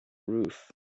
roof